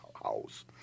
House